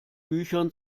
büchern